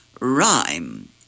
rhyme